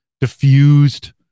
diffused